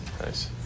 Nice